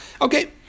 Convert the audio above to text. Okay